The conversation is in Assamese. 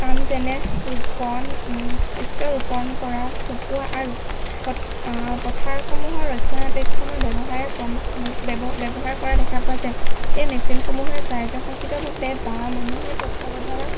কাম যেনে ৰোপণ শস্য ৰোপণ কৰা চপোৱা আৰু প পথাৰসমূহৰ ৰক্ষণাবেক্ষণ ব্যৱহাৰেই ক্ৰ ব্য ব্যৱহাৰ কৰা দেখা পোৱা যায় এই মেচিনসমূহে স্বায়ত্ব শাসিতভাৱে বা মানুহৰ তত্ত্বাৱধানত